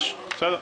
בסדר.